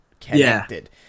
connected